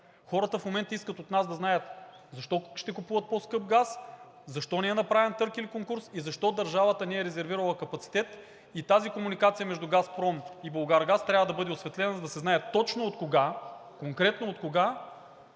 Хората в момента искат от нас да знаят защо ще купуват по скъп газ, защо не е направен търг или конкурс и защо държавата не е резервирала капацитет? И тази комуникация между „Газпром“ и „Булгаргаз“ трябва да бъде осветлена, за да се знае точно откога, конкретно откога